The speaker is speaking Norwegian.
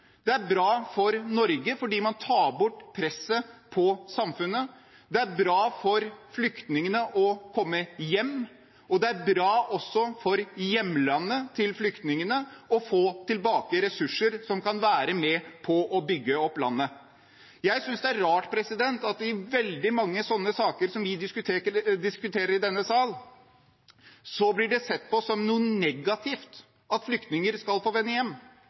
Det er bra for Norge fordi presset på samfunnet tas bort, det er bra for flyktningene å komme hjem, og det er også bra for flyktningenes hjemland å få tilbake ressurser som kan være med på å bygge opp landet. Jeg synes det er rart at det i veldig mange slike saker som vi diskuterer i denne sal, blir sett på som noe negativt at flyktninger skal få vende hjem.